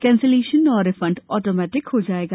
cancellation और refund automatic हो जायेगा